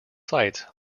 sites